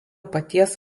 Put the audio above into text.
paties